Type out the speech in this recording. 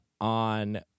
on